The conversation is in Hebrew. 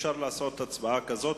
אי-אפשר לעשות הצבעה כזאת,